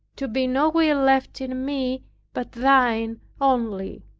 to be no will left in me but thine only.